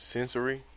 Sensory